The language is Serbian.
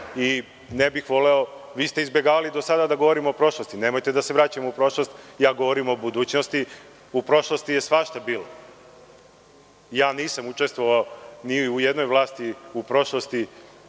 i ne bih voleo … Do sada ste izbegavali da govorimo o prošlosti. Nemojte da se vratimo u prošlost. Ja govorim o budućnosti. U prošlosti je svašta bilo. Nisam učestvovao ni u jednoj vladi u prošlosti